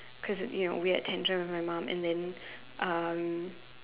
cause you know we had tension with my mom and then um